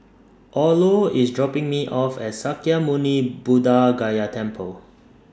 Orlo IS dropping Me off At Sakya Muni Buddha Gaya Temple